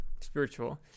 spiritual